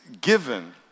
given